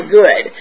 good